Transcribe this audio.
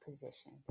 position